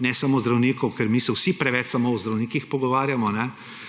ne samo zdravnikov. Ker mi se vsi preveč samo o zdravnikih pogovarjamo, ker